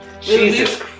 Jesus